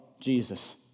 Jesus